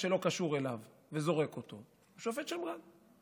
שלא קשור אליו וזורק אותו הוא שופט שמרן.